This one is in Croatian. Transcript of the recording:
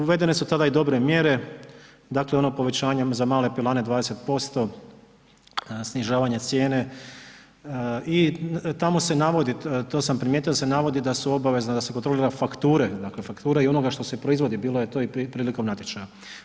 Uvedene su tada i dobre mjere, dakle ono povećanje za male pilane 20%, snižavanje cijene i tamo se navodi, to sam primijetio da se navodi da su obavezna da se kontrolira fakture, dakle fakture i onoga štose proizvodi, bilo je to i prilikom natječaja.